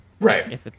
Right